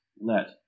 let